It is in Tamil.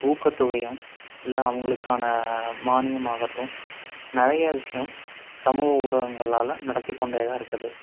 ஊக்கத்தொகையும் இல்லை அவங்களுக்கான மானியமாகட்டும் நிறையா விஷயோம் சமூக ஊடகங்களால் நடத்திக்கொண்டேதான் இருக்குது